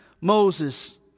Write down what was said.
Moses